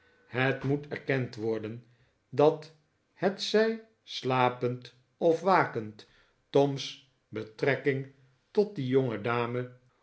het moet erkend worden dat hetzij slapend of wakend tom's betrekking tot die